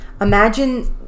Imagine